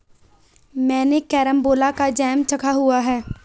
मैंने कैरमबोला का जैम चखा हुआ है